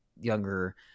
younger